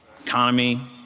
Economy